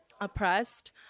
oppressed